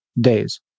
days